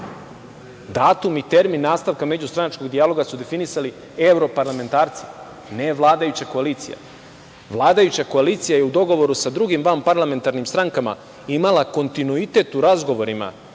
Datum i termin nastavka međustranačkog dijaloga su definisali evroparlamentarci, ne vladajuća koalicija. Vladajuća koalicija je u dogovoru sa drugim vanparlamentarnim strankama imala kontinuitet u razgovorima,